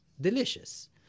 delicious